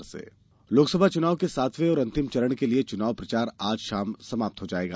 चुनाव प्रचार लोकसभा चुनाव के सातवें और अंतिम चरण के लिए चुनाव प्रचार आज शाम समाप्त हो जायेगा